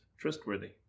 trustworthy